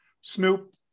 Snoop